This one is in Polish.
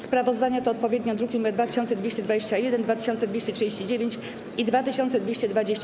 Sprawozdania to odpowiednio druki nr 2221, 2239 i 2220.